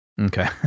okay